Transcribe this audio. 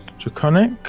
draconic